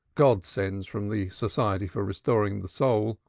god-sends from the society for restoring the soul,